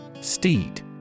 Steed